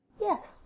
Yes